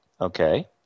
Okay